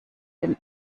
den